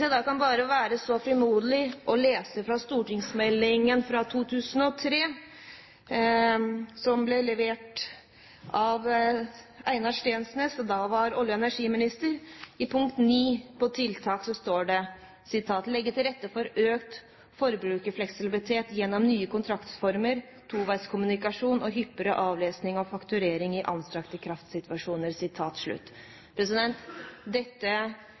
jeg kan få være så frimodig å lese fra stortingsmeldingen fra 2003, nr. 18, som ble levert av Einar Steensnæs, som da var olje- og energiminister: I punkt 9 under tiltak står det at politikken særlig vil legge «til rette for økt forbrukerfleksibilitet gjennom nye kontraktsformer, toveiskommunikasjon og hyppigere avlesning og fakturering i